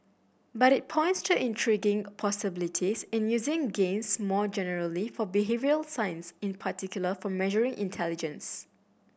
but it points to intriguing possibilities in using games more generally for behavioural science in particular for measuring intelligence